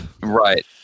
right